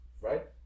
right